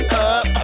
up